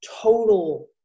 total